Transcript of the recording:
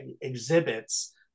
exhibits